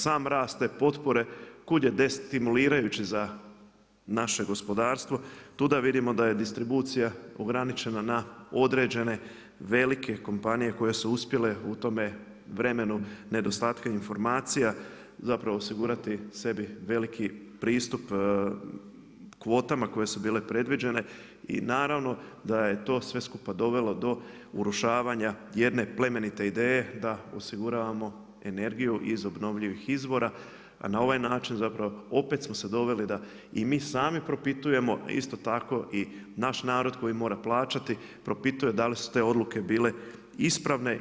Sam rast te potpore, kud je destimulirajuća, za naše gospodarstvo, tuda vidimo da je distribucija ograničena na određene velike kompanije koje su uspjele u tom vremenu nedostatke informacije, zapravo osigurati sebi veliki pristup kvotama koje su bile predviđene i naravno da je to sve skupa dovelo do urušavanja jedne plemenite ideje da osiguravamo energiju iz obnovljivih izvora, a na ovaj način, zapravo, opet smo se doveli da i mi sami propitujemo, a isto tako naš narod koji mora plaćati, propituje, da li su te odluke bile ispravne.